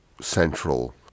central